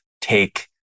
take